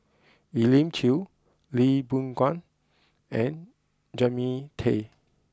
Elim Chew Lee Boon Ngan and Jannie Tay